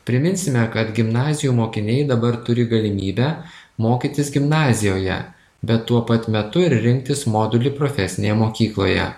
priminsime kad gimnazijų mokiniai dabar turi galimybę mokytis gimnazijoje bet tuo pat metu ir rinktis modulį profesinėje mokykloje